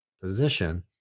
position